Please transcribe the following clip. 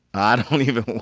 i don't don't even